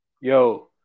Yo